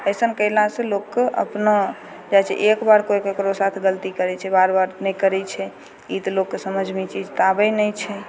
अइसन कैला सऽ लोकके अपना एकबार कोइ केकरो साथ गलती करै छै बार बार नहि करै छै ई तऽ लोकके समझमे तऽ ई चीज आबै नहि छै